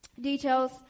details